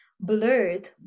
blurred